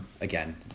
again